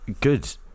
Good